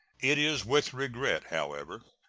it is with regret, however,